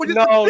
no